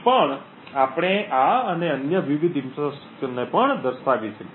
પણ આપણે આ અને અન્ય વિવિધ ઈન્ફ્રાસ્ટ્રક્ચર્સને પણ દર્શાવી શકીએ